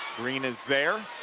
green is there.